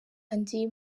andi